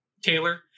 Taylor